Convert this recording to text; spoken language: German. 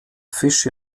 fisch